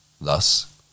Thus